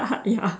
ya